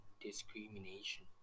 discrimination